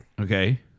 okay